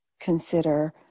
consider